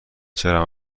چرا